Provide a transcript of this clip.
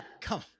Come